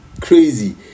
crazy